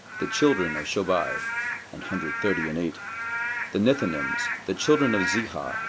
the children of shobai, an hundred thirty and eight the nethinims the children of ziha,